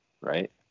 right